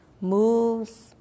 moves